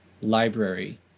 library